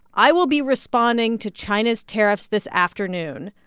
i will be responding to china's tariffs this afternoon.